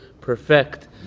perfect